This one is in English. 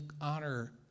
honor